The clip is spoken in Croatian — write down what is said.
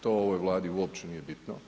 To u ovom vladi uopće nije bitno.